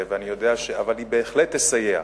אבל היא בהחלט תסייע.